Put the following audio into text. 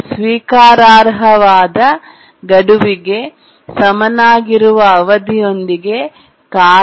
ಸ್ವೀಕಾರಾರ್ಹವಾದ ಗಡುವಿಗೆ ಸಮನಾಗಿರುವ ಅವಧಿಯೊಂದಿಗೆ ಕಾರ್ಯ